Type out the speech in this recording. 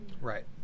right